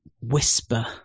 whisper